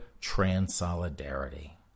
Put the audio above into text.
trans-solidarity